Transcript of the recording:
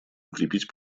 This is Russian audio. укрепить